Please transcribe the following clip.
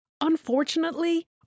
Unfortunately